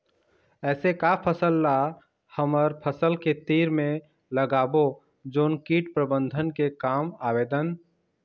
ऐसे का फसल ला हमर फसल के तीर मे लगाबो जोन कीट प्रबंधन के काम आवेदन?